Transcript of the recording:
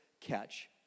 catch